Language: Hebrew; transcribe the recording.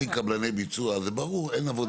קבלני ביצוע, זה ברור.